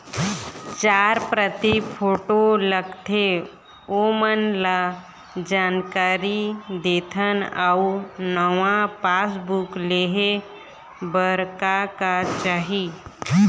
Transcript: चार प्रति फोटो लगथे ओमन ला जानकारी देथन अऊ नावा पासबुक लेहे बार का का चाही?